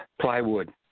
plywood